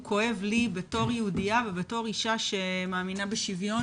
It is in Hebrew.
הוא כואב לי בתור יהודייה ובתור אישה שמאמינה בשוויון